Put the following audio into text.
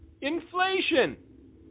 Inflation